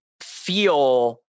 feel